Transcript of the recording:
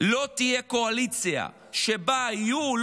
לא תהיה קואליציה שבה יהיו,